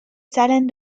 salen